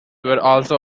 also